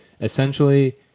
Essentially